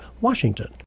Washington